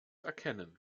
erkennen